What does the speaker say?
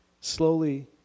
slowly